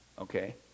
Okay